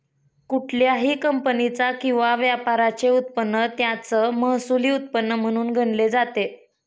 कुठल्याही कंपनीचा किंवा व्यापाराचे उत्पन्न त्याचं महसुली उत्पन्न म्हणून गणले जाते